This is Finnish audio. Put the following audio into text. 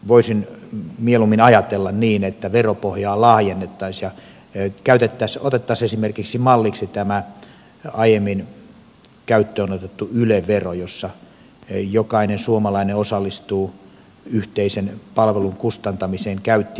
voisin mieluummin ajatella niin että veropohjaa laajennettaisiin ja esimerkiksi otettaisiin malliksi tämä aiemmin käyttöön otettu yle vero jossa jokainen suomalainen osallistuu yhteisen palvelun kustantamiseen käytti sitä tai ei